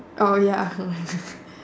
uh ya